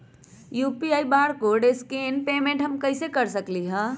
UPI barcode scan payment हम कईसे कर सकली ह?